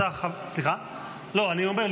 אני אומר,